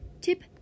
Tip